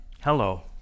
hello